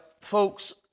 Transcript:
folks